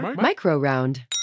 Micro-round